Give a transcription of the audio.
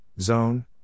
zone